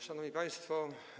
Szanowni Państwo!